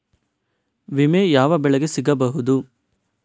ವಿಮೆ ಯಾವ ಬೆಳೆಗೆ ಸಿಗಬಹುದು?